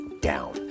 down